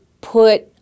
put